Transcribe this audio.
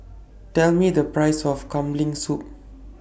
Tell Me The Price of Kambing Soup